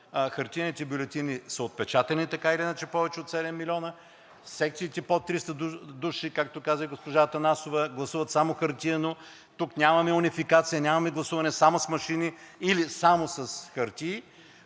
хартиените бюлетини са отпечатани така или иначе – повече от 7 милиона, секциите под 300 души, както каза и госпожа Атанасова, гласуват само хартиено, тук нямаме унификация, нямаме гласуване само с машини или само с хартиена